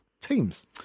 teams